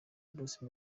bruce